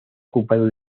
ocupado